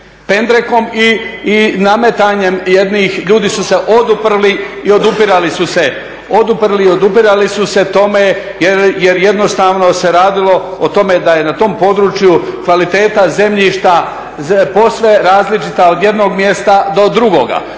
pendrekom i nametanjem jednih, ljudi su se oduprli i odupirali su se tome jer jednostavno se radilo o tome da je na tom području kvaliteta zemljišta posve različita od jednog mjesta do drugoga.